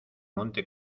monte